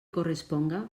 corresponga